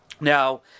Now